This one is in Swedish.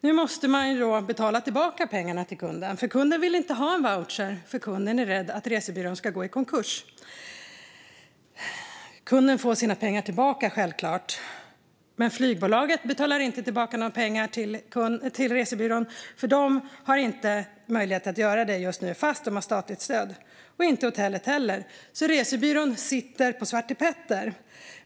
Nu måste resebyrån betala tillbaka pengarna till kunden eftersom kunden inte vill ha en voucher, då kunden är rädd att resebyrån ska gå i konkurs. Kunden får självklart tillbaka sina pengar. Men flygbolaget betalar inte tillbaka några pengar till resebyrån, för de har inte möjlighet att göra det just nu, trots att de får statligt stöd. Det har inte hotellet heller. Resebyrån sitter alltså på svartepetter.